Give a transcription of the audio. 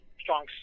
strong